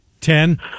Ten